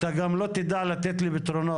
אתה גם לא תדע לתת לי פתרונות.